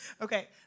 Okay